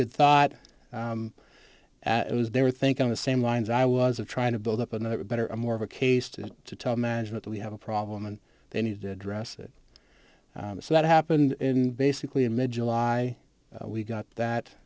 good thought and it was they were thinking the same lines i wasn't trying to build up another better or more of a case to to tell management that we have a problem and they need to address it so that happened in basically in mid july we got that